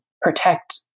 protect